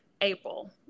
April